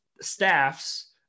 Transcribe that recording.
staffs